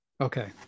Okay